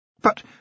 But